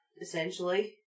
Essentially